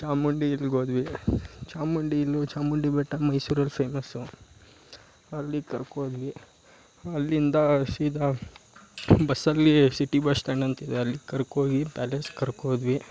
ಚಾಮುಂಡಿ ಇಲ್ಗೋದ್ವಿ ಚಾಮುಂಡಿ ಇಲ್ಲು ಚಾಮುಂಡಿ ಬೆಟ್ಟ ಮೈಸೂರಲ್ಲಿ ಫೇಮಸ್ಸು ಅಲ್ಲಿ ಕರ್ಕೋದ್ವಿ ಅಲ್ಲಿಂದ ಸೀದಾ ಬಸ್ಸಲ್ಲಿ ಸಿಟಿ ಬಸ್ ಸ್ಟ್ಯಾಂಡ್ ಅಂತಿದೆ ಅಲ್ಲಿ ಕರ್ಕೋಗಿ ಪ್ಯಾಲೇಸ್ ಕರ್ಕೋದ್ವಿ